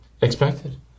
expected